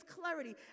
clarity